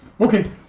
Okay